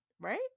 right